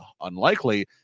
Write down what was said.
unlikely